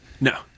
no